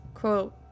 Quote